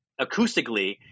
acoustically